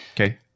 Okay